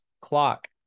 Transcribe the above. clock